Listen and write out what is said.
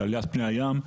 של עליית פני הים,